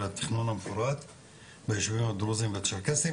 התכנון המפורט ביישובים הדרוזים והצ'רקסים,